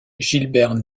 gilbert